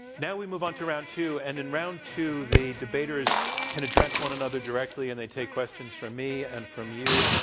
now we move on to round two, and in round two, the debaters can address one another directly, and they take questions from me and from you,